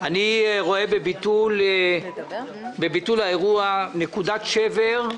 אני רואה בביטול האירוע נקודת שבר,